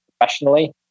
professionally